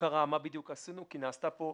קרה ומה בדיוק עשינו כי נעשתה ונעשית פה